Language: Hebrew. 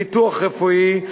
ביטוח רפואי,